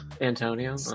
Antonio